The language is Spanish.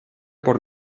por